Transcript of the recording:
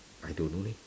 I don't know leh